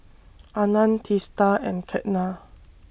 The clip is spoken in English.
Anand Teesta and Ketna